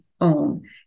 own